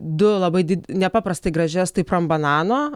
du labai nepaprastai gražias tai prambanano